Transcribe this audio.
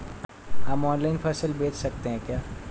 हम ऑनलाइन फसल बेच सकते हैं क्या?